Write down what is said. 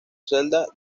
celda